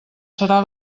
serà